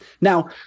Now